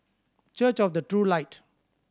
Church of the True Light